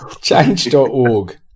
change.org